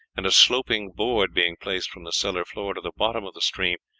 and a sloping board being placed from the cellar floor to the bottom of the stream,